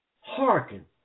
Hearken